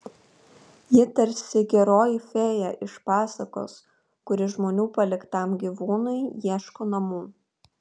ji tarsi geroji fėja iš pasakos kuri žmonių paliktam gyvūnui ieško namų